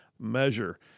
measure